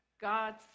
God's